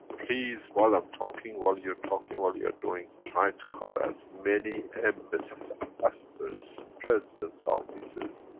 please while i'm talking, while your talking, while you're doing, try to cover as many embassies, ambassadors, presidents offices,